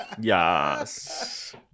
Yes